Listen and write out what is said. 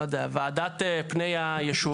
לא יודע, ועדת פני היישוב.